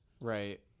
Right